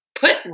put